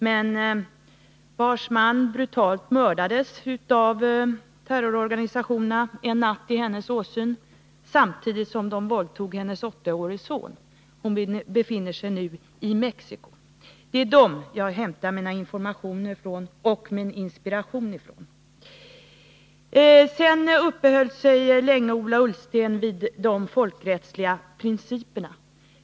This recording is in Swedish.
Hennes man hade brutalt mördats av terrororganisationerna en natt i hennes åsyn, samtidigt som hennes åttaårige son våldtogs. Hon befann sig nu i Mexico. Det är från dessa personer jag hämtar mina informationer och min inspiration. Ola Ullsten uppehöll sig länge vid de folkrättsliga principerna.